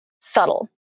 subtle